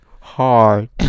hard